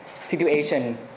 situation